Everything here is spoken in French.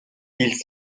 ils